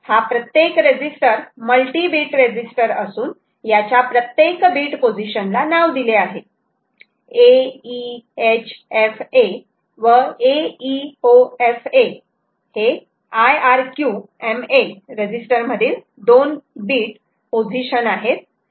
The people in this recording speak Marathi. हा प्रत्येक रेजिस्टर मल्टी बीट रेजिस्टर असून याच्या प्रत्येक बीट पोझिशन ला नाव दिले आहे a e h f a व a e o f a हे IRQMA रेजीस्टर मधील दोन बीट पोझिशन आहेत